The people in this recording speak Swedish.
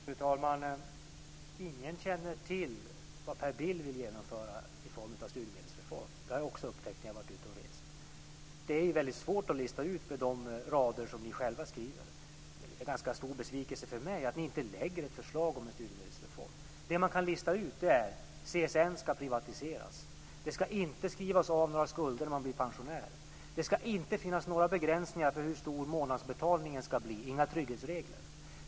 Fru talman! Ingen känner till vad Per Bill vill genomföra för studiemedelsreform. Det har jag också upptäckt när jag har varit ute och rest. Det är väldigt svårt att lista ut detta utifrån de rader ni själva skriver. Det är en ganska stor besvikelse för mig att ni inte lägger fram ett förslag om en studiemedelsreform. Det man kan lista ut är detta: CSN ska privatiseras. Det ska inte skrivas av några skulder när man blir pensionär. Det ska inte finnas några begränsningar för hur stor månadsbetalningen ska bli, dvs. inga trygghetsregler.